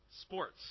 Sports